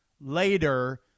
later